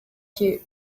she